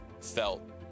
felt